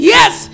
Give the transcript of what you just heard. Yes